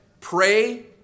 Pray